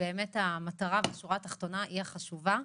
המטרה והשורה התחתונה היא החשובה.